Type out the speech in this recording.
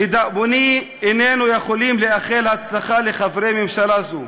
לדאבוני, איננו יכולים לאחל הצלחה לחברי ממשלה זו,